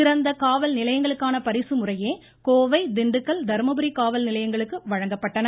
சிறந்த காவல் நிலையங்களுக்கான பரிசு முறையே கோவை திண்டுக்கல் தருமபுரி காவல் நிலையங்களுக்கு வழங்கப்பட்டது